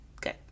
good